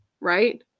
right